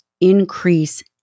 increase